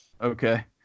Okay